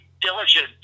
diligent